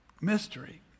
mystery